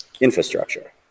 infrastructure